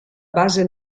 base